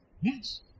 Yes